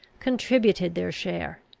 contributed their share.